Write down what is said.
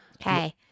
Okay